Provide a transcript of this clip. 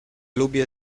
lubię